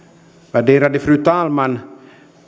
värderade fru talman